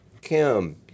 Kim